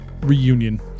reunion